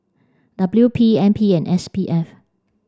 W P N P and S P F